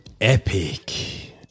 epic